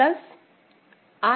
Bn'